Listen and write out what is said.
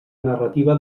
narrativa